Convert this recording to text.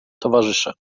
towarzysze